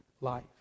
life